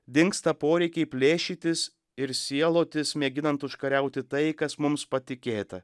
dingsta poreikiai plėšytis ir sielotis mėginant užkariauti tai kas mums patikėta